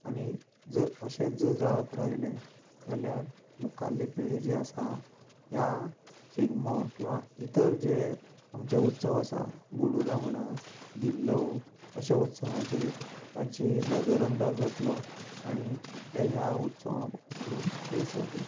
आनी जर अशेंच जर जायत रावले जाल्यार मुखाल्ली पिढी जी आसा ह्या शिगमो किंवां इतर जे आमचे उत्सव आसा गुडूलां म्हणा धिल्लो अश्या उत्सवांचेर तांची नदर अंदाज जातलो आनी ते ह्या उत्सवा कडून पयस वतलें